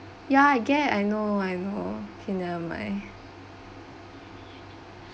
ya I get I know I know okay never mind